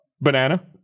Banana